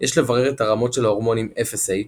יש לברר את הרמות של ההורמונים LH,